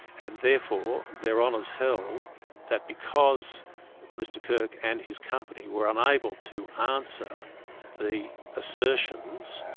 and therefore their honours held that because mr kirk and his company were unable to answer the assertions,